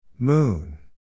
Moon